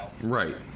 Right